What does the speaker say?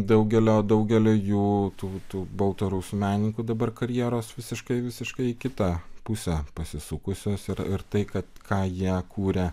daugelio daugelio jų tų tų baltarusių menininkų dabar karjeros visiškai visiškai į kitą pusę pasisukusios ir ir tai kad ką jie kūrė